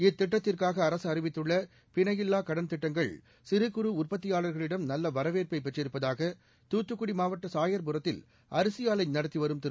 இத்திட்டத்திற்காக அரசு அறிவித்துள்ள பிணையில்லா கடன் திட்டங்கள் சிறு குறு உற்பத்தியாள்களிடம் நல்ல வரவேற்பை பெற்றிருப்பதாக துத்துக்குடி மாவட்ட சாயா்புரத்தில் அரிசி ஆலை நடத்திவரும் திரு